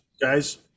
guys